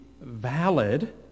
valid